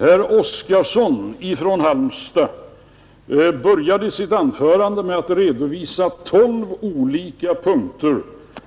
Herr Oskarson från Halmstad började sitt anförande med att redovisa olika punkter